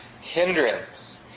hindrance